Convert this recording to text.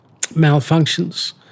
malfunctions